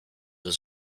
was